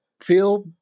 feel